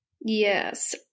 Yes